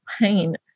pain